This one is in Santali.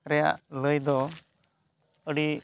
ᱨᱮᱭᱟᱜ ᱞᱟᱹᱭᱫᱚ ᱟᱹᱰᱤ